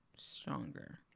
stronger